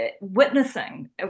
witnessing